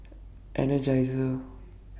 Energizer